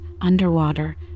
underwater